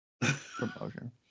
promotion